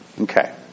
Okay